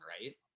right